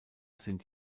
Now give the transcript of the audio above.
sind